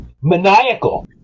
Maniacal